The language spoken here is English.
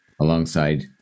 alongside